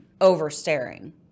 over-staring